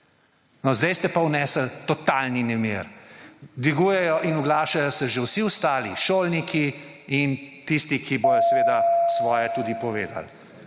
No, zdaj ste pa vnesli totalni nemir. Dvigujejo in oglašajo se že vsi ostali, šolniki in tisti, ki bodo svoje tudi povedali.